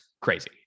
crazy